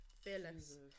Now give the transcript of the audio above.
Fearless